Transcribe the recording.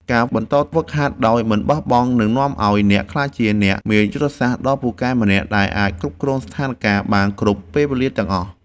ការបន្តហ្វឹកហាត់ដោយមិនបោះបង់នឹងនាំឱ្យអ្នកក្លាយជាអ្នកមានយុទ្ធសាស្ត្រដ៏ពូកែម្នាក់ដែលអាចគ្រប់គ្រងស្ថានការណ៍បានគ្រប់ពេលវេលាទាំងអស់។